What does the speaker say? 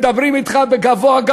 מדברים אתך גבוהה-גבוהה,